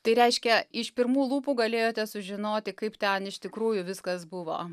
tai reiškia iš pirmų lūpų galėjote sužinoti kaip ten iš tikrųjų viskas buvo